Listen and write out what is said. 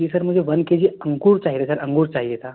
जी sir मुझे one K G अंगूर चाहिए सर अंगूर चाहिए था